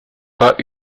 pas